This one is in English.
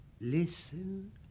listen